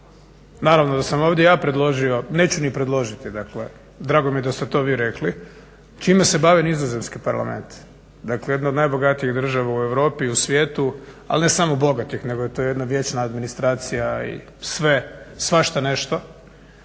Naravno da sam ovdje ja predložio, neću ni predložiti, dakle drago mi je da ste to vi rekli, čime se bavi nizozemski parlament dakle jedna od najbogatijih država u Europi i u svijetu, ali ne samo bogatih nego je to jedna vječna administracija i sve svašta nešto,